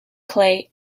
clay